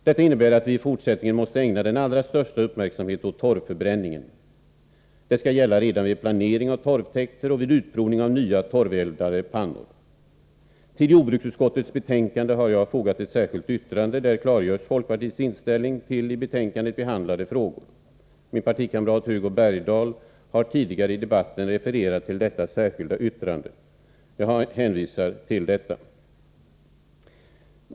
Detta innebär att vi i fortsättningen måste ägna den allra största uppmärksamhet åt torvförbränningen. Detta skall gälla redan vid planering av torvtäkter och vid utprovning av nya torveldade pannor. Till jordbruksutskottets betänkande har jag fogat ett särskilt yttrande. Där klargörs folkpartiets inställning till i betänkandet behandlade frågor. Min partikamrat Hugo Bergdahl har tidigare i debatten refererat till detta särskilda yttrande. Jag hänvisar till detta.